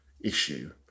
issue